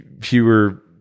fewer